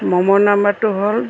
ম'ম' নম্বৰটো হ'ল